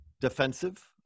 defensive